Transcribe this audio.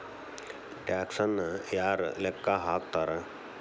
ಟ್ಯಾಕ್ಸನ್ನ ಯಾರ್ ಲೆಕ್ಕಾ ಹಾಕ್ತಾರ?